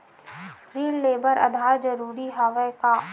ऋण ले बर आधार जरूरी हवय का?